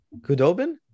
Kudobin